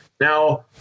Now